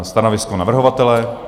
Stanovisko navrhovatele?